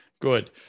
Good